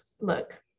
look